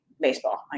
baseball